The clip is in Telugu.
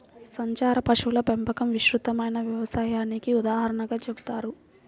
సంచార పశువుల పెంపకం విస్తృతమైన వ్యవసాయానికి ఉదాహరణగా చెబుతారు